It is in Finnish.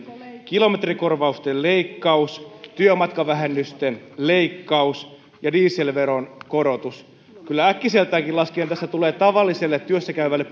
kilometrikorvausten leikkaus työmatkavähennysten leikkaus ja dieselveron korotus kyllä äkkiseltäänkin laskien tässä tulee tavalliselle työssä käyvälle